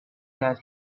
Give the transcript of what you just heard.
that